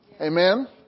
Amen